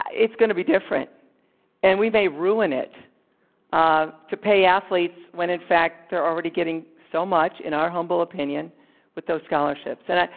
ah it's going to be different and we may ruin it ah to pay athletes when in fact they're already getting so much in our humble opinion with those scholarships. and